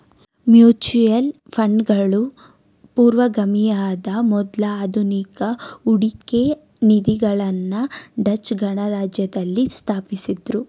mutual ಫಂಡ್ಗಳು ಪೂರ್ವಗಾಮಿಯಾದ ಮೊದ್ಲ ಆಧುನಿಕ ಹೂಡಿಕೆ ನಿಧಿಗಳನ್ನ ಡಚ್ ಗಣರಾಜ್ಯದಲ್ಲಿ ಸ್ಥಾಪಿಸಿದ್ದ್ರು